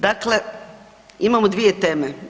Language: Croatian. Dakle imamo dvije teme.